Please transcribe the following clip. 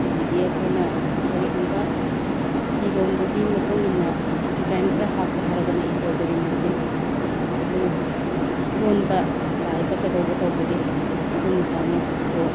ꯑꯗꯒꯤ ꯑꯩꯈꯣꯏꯅ ꯀꯔꯤꯒꯨꯝꯕ ꯐꯤꯔꯣꯟꯗꯨꯒꯤ ꯃꯇꯨꯡ ꯏꯟꯅ ꯗꯤꯖꯥꯏꯟ ꯈꯔ ꯍꯥꯞꯀꯦ ꯍꯥꯏꯔꯒꯅ ꯏꯝꯕꯣꯏꯗꯔꯤ ꯃꯦꯆꯤꯟ ꯂꯣꯟꯕ ꯇꯥꯏꯕ ꯀꯩꯗꯧꯕ ꯇꯧꯕꯒꯤ ꯑꯗꯨ ꯑꯃ ꯆꯪꯉꯦ ꯑꯗꯨꯒ